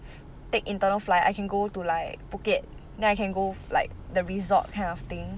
take internal flight I can go to like phuket then I can go like the resort kind of thing